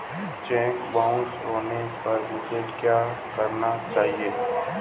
Check bounce होने पर मुझे क्या करना चाहिए?